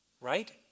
right